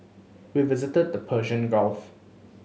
we visited the Persian Gulf